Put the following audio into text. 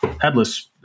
headless